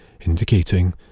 indicating